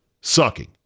sucking